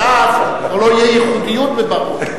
כי אז כבר לא תהיה ייחודיות לבר-און.